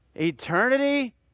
eternity